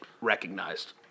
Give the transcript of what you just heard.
recognized